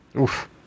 Oof